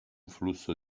flusso